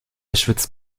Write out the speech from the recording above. schwitzt